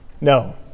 No